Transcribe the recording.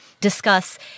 discuss